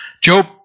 Job